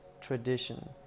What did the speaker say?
tradition